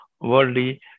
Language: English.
worldly